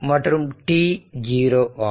மற்றும் t0 ஆகும்